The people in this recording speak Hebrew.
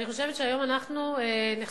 אני חושבת שהיום אנחנו נחשפים,